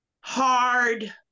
hard